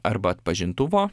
arba atpažintuvo